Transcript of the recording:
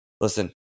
listen